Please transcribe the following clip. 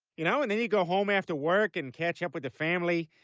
you know? and then you go home after work and catch up with the family.